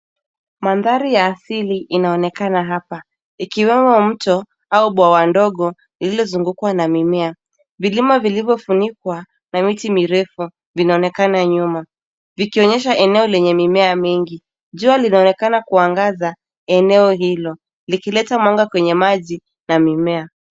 Mandhari ya asili inaonekana hapa. Kuna bwawa dogo lililozungukwa na mimea. Milima iliyo funikwa na miti mirefu inaonekana nyuma, ikionyesha eneo lenye uoto mwingi. Jua linaangaza eneo hilo, likileta mwanga juu ya maji na mimea.